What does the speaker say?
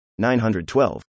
912